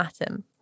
atom